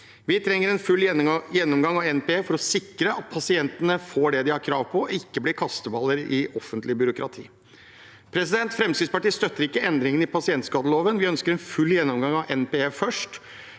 Vi trenger en full gjennomgang av NPE for å sikre at pasientene får det de har krav på og ikke blir kasteballer i offentlig byråkrati. Fremskrittspartiet støtter ikke endringene i pasientskadeloven. Vi ønsker først en full gjennomgang av NPE.